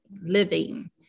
living